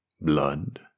Blood